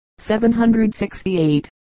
768